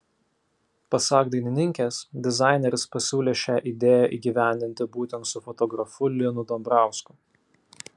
pasak dainininkės dizaineris pasiūlė šią idėją įgyvendinti būtent su fotografu linu dambrausku